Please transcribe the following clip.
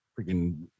freaking